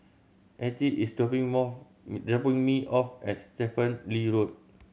Attie is dropping off dropping me off at Stephen Lee Road